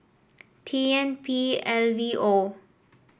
T N P L V O